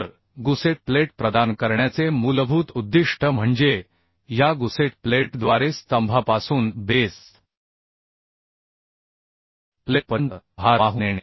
तर gusset plate प्रदान करण्याचे मूलभूत उद्दीष्ट म्हणजे या गुसेट प्लेटद्वारे स्तंभापासून बेस प्लेटपर्यंत भार वाहून नेणे